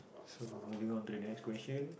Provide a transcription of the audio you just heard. so moving on to the next question